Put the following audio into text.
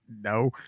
no